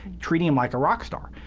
treating him like a rock star.